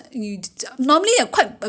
他的他的那个包